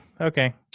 Okay